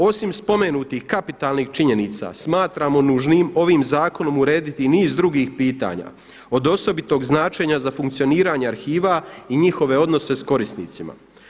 Osim spomenutih kapitalnih činjenica smatramo nužnim ovim zakonom urediti niz drugih pitanja od osobitog značenja za funkcioniranje arhiva i njihove odnose s korisnicima.